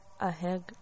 ahead